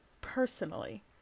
personally